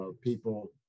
people